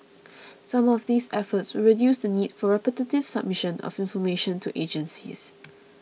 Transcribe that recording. some of these efforts will reduce the need for repetitive submission of information to agencies